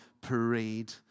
parade